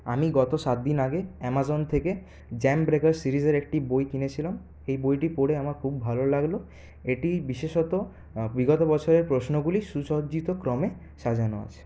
আমি গত সাতদিন আগে অ্যামাজন থেকে জ্যাম ব্রেকার সিরিজের একটি বই কিনেছিলাম এই বইটি পড়ে আমার খুব ভালো লাগলো এটি বিশেষত বিগত বছরের প্রশ্নগুলি সুসজ্জিত ক্রমে সাজানো আছে